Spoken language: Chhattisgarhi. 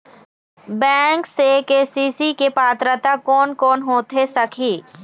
बैंक से के.सी.सी के पात्रता कोन कौन होथे सकही?